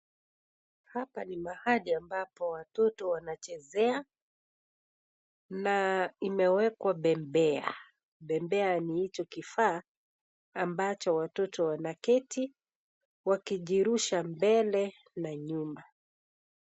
Hapa ni mahali ambapo watoto wanachezea na imewekwa bembea, bembea ni hicho kifaa ambacho watoto wanaketi wakijirusha mbele na nyuma.